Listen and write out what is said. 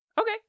Okay